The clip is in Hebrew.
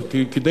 כדי